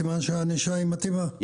סימן שהענישה היא מתאימה,